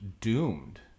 doomed